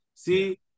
See